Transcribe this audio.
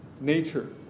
nature